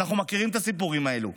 ואנחנו מכירים את הסיפורים האלו.